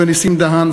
ונסים דהן,